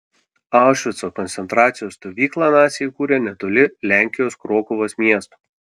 aušvico koncentracijos stovyklą naciai įkūrė netoli lenkijos krokuvos miesto